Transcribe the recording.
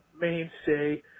mainstay